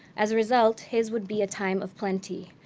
as a result, his would be a time of plenty.